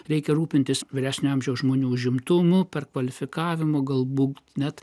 reikia rūpintis vyresnio amžiaus žmonių užimtumu perkvalifikavimo galbūt net